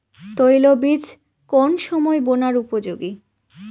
তৈল বীজ কোন সময় বোনার উপযোগী?